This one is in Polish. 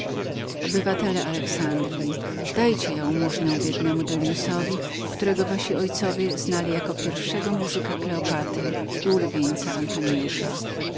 obywatele alexandryi dajcie jałmużnę biednemu delliuszowi którego wasi ojcowie znali jako pierwszego muzyka kleopatry i ulubieńca antoniusza